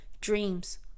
dreams